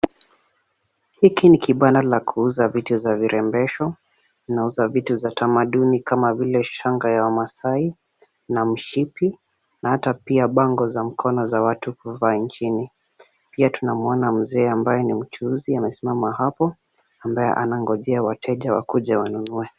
Hiki ni kibanda la kuuza viti vya virembesho . Inauza viti vya tamaduni kama vile ; Shanga ya wamaasai na mshipi na hata pia bango za mkono za watu kuvaa nchini pia tunamwona mzee ambaye ni mchuuzi amesimama hapo ambaye anaangojea wateja wakuje wanunue .